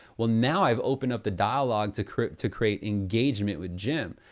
well, now i've opened up the dialog to create to create engagement with jim.